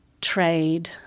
trade